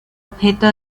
objeto